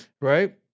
right